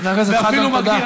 ואפילו מגדיר,